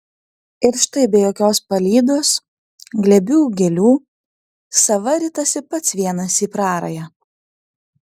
ir štai be jokios palydos glėbių gėlių sava ritasi pats vienas į prarają